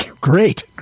great